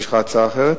יש לך הצעה אחרת?